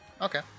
Okay